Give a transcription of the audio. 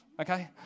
Okay